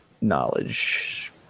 knowledge